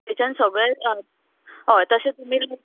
थंयच्यान सगळे हय तशे तुमी